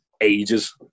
ages